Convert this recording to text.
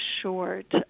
short